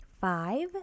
five